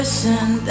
Listen